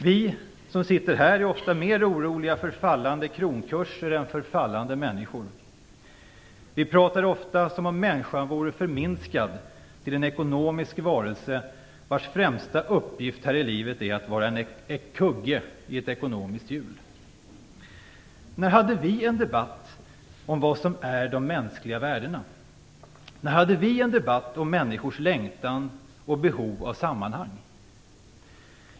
Vi som sitter här är ofta mer oroliga för fallande kronkurser än för fallande människor. Vi pratar ofta som om människan vore förminskad till en ekonomisk varelse, vars främsta uppgift här i livet är att vara en kugge i ett ekonomiskt hjul. När hade vi en debatt om vad som är de mänskliga värdena? När hade vi en debatt om människors längtan och behov av sammanhang?